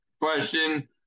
question